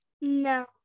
No